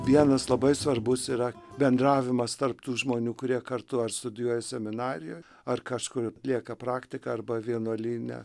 vienas labai svarbus yra bendravimas tarp tų žmonių kurie kartu ar studijuoja seminarijoj ar kažkur atlieka praktiką arba vienuolyne